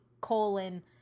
colon